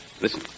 Listen